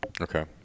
Okay